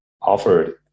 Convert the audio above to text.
offered